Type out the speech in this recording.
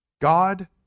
God